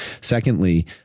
Secondly